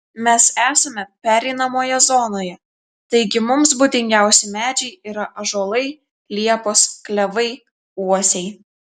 mes esame pereinamoje zonoje taigi mums būdingiausi medžiai yra ąžuolai liepos klevai uosiai